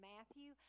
Matthew